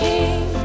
King